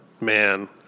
Man